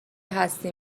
هستی